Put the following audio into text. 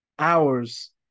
hours